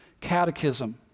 Catechism